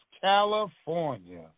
California